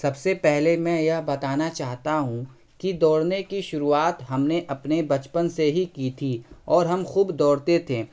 سب سے پہلے میں یہ بتانا چاہتا ہوں کہ دوڑنے کی شروعات ہم نے اپنے بچپن سے ہی کی تھی اور ہم خوب دوڑتے تھے